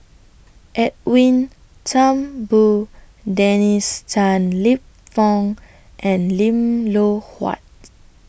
Edwin Thumboo Dennis Tan Lip Fong and Lim Loh Huat